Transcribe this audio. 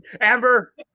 Amber